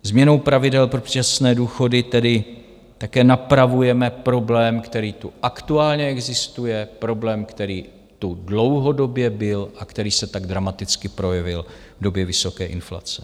Změnou pravidel pro předčasné důchody tedy také napravujeme problém, který tu aktuálně existuje, problém, který tu dlouhodobě byl a který se tak dramaticky projevil v době vysoké inflace.